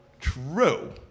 true